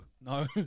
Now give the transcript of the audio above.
no